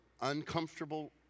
uncomfortable